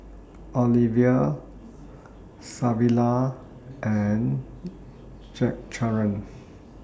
Olivia Savilla and Zachariah